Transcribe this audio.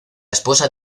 esposa